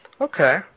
Okay